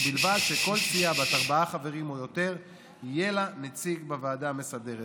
ובלבד שלכל סיעה בת ארבעה חברים או יותר יהיה נציג בוועדה המסדרת".